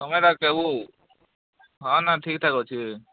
ତୁମେ ଡାକେବୁ ହଁ ନା ଠିକ୍ ଠାକ୍ ଅଛି